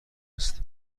هست